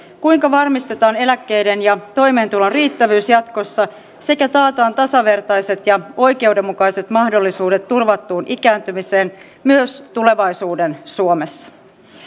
kuinka varmistetaan eläkkeiden ja toimeentulon riittävyys jatkossa sekä taataan tasavertaiset ja oikeudenmukaiset mahdollisuudet turvattuun ikääntymiseen myös tulevaisuuden suomessa